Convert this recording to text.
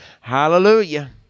Hallelujah